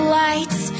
lights